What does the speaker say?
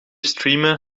streamen